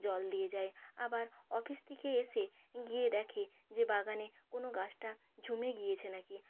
জল দিয়ে যায় আবার অফিস থেকে এসে গিয়ে দেখে যে বাগানে কোনো গাছটা ঝুমে গিয়েছে না কি